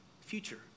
future